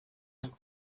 ist